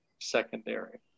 secondary